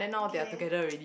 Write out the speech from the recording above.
okay